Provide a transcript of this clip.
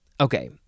Okay